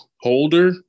holder